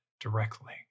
directly